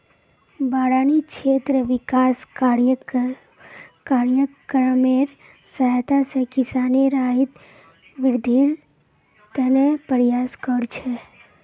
बारानी क्षेत्र विकास कार्यक्रमेर सहायता स किसानेर आइत वृद्धिर त न प्रयास कर छेक